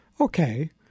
Okay